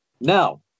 Now